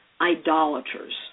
idolaters